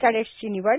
कॅडेट्सची निवड